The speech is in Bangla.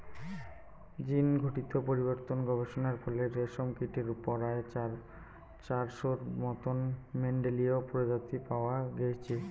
জীনঘটিত পরিবর্তন গবেষণার ফলে রেশমকীটের পরায় চারশোর মতন মেন্ডেলীয় প্রজাতি পাওয়া গেইচে